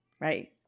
right